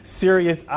serious